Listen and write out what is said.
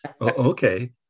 Okay